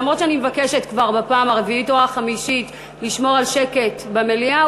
אף שאני מבקשת כבר בפעם הרביעית או החמישית לשמור על שקט במליאה,